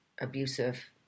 abusive